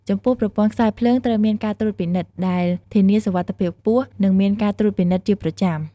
ចំពោះប្រព័ន្ធខ្សែភ្លើងត្រូវមានការត្រួតពិនិត្យ ដែលធានាសុវត្ថិភាពខ្ពស់ និងមានការត្រួតពិនិត្យជាប្រចាំ។